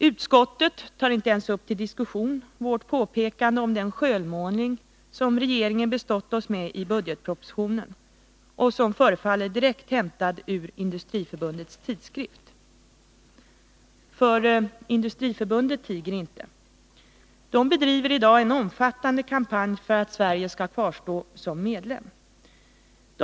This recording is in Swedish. Utskottet tar inte ens upp till diskussion vårt påpekande om den skönmålning som regeringen bestått oss med i budgetpropositionen och som förefaller Industriförbundet tiger nämligen inte. Man bedriver i dag en omfattande kampanj för att Sverige skall kvarstå som medlem i IDB.